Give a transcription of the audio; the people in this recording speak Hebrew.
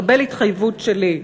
קבל התחייבות שלי.